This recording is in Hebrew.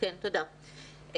בבקשה.